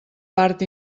part